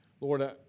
lord